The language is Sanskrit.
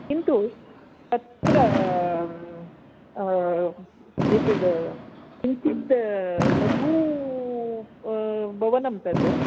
किन्तु अत्र एतद् किञ्चित् लघु भवनं तद्